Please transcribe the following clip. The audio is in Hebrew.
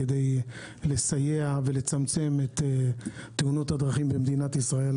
כדי לסייע ולצמצם את תאונות הדרכים במדינת ישראל.